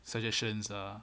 suggestions lah